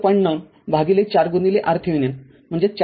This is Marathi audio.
९ भागिले ४ RThevenin म्हणजेच ४